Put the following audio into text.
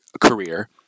career